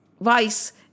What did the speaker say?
vice